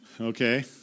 Okay